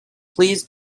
please